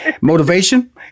motivation